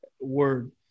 word